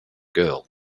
girl